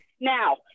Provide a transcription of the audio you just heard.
Now